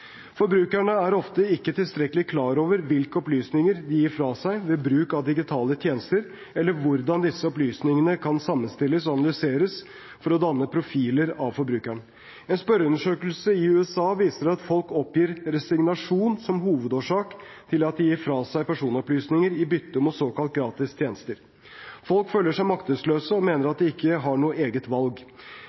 Forbrukerne er ofte ikke tilstrekkelig klar over hvilke opplysninger de gir fra seg ved bruk av digitale tjenester, eller hvordan disse opplysningene kan sammenstilles og analyseres for å danne profiler av forbrukeren. En spørreundersøkelse fra USA viser at folk oppgir resignasjon som hovedårsak til at de gir fra seg personopplysninger i bytte mot såkalt gratis tjenester. Folk føler seg maktesløse og mener at de ikke har noe eget valg.